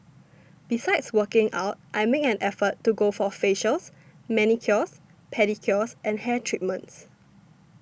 besides working out I make an effort to go for facials manicures pedicures and hair treatments